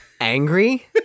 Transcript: angry